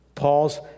Paul's